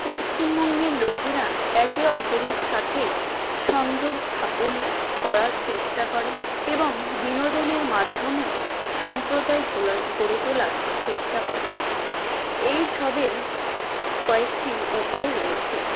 পশ্চিমবঙ্গের লোকেরা একে অপরের সাথে সংযোগ স্থাপন করার চেষ্টা করে এবং বিনোদনের মাধ্যমেও সম্প্রদায় গড়ে তোলার চেষ্টা করে এই সবের কয়েকটি উপায় রয়েছে